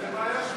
זה בעיה שלך.